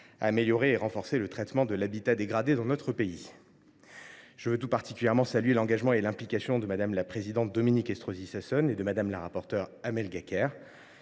à améliorer et à renforcer le traitement de l’habitat dégradé dans notre pays. Je veux tout particulièrement saluer l’engagement et l’implication de Mme la présidente Dominique Estrosi Sassone et de Mme la rapporteure Amel Gacquerre,